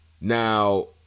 now